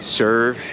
serve